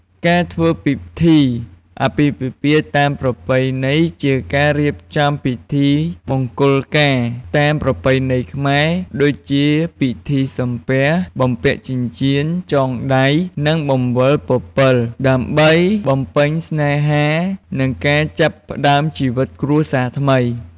ការធ្វើពិធីអាពាហ៍ពិពាហ៍តាមប្រពៃណីជាការរៀបចំពិធីមង្គលការតាមប្រពៃណីខ្មែរ ដូចជាពិធីសំពះ បំពាក់ចិញ្ចៀន ចងដៃ និងបង្វិលពពិល ដើម្បី បំពេញស្នេហា និងការចាប់ផ្តើមជីវិតគ្រួសារថ្មី។